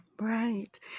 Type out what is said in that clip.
Right